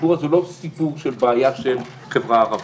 הסיפור הזה הוא לא סיפור של בעיה של החברה הערבית,